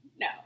no